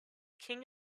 king